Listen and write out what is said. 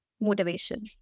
Motivation